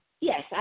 Yes